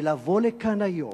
לבוא לכאן היום